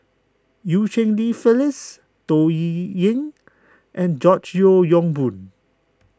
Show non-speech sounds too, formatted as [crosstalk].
Eu Cheng Li Phyllis Toh Li [hesitation] ying and George Yeo Yong Boon